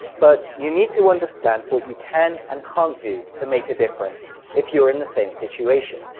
but you need to understand what you can and can't do to make a difference if you're in the same situation.